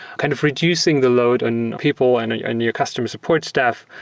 kind of reducing the load on people and and your customer support staff.